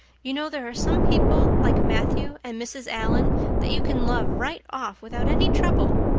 you know there are some people, like matthew and mrs. allan that you can love right off without any trouble.